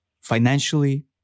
financially